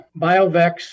BioVex